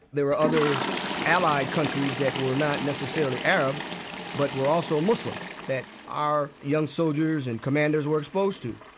there were other allied countries that were not necessarily arab but were also muslims that our young soldiers and commanders were exposed to.